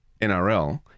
NRL